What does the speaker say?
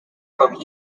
from